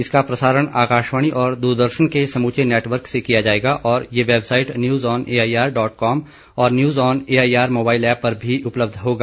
इसका प्रसारण आकाशवाणी व दूरदर्शन के समूचे नेटवर्क से किया जाएगा और यह website news on AIR dot com और news on AIR mobile app पर भी उपलब्ध होगा